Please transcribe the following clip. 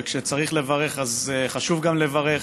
וכשצריך לברך אז חשוב גם לברך